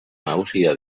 nagusia